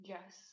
Yes